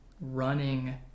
running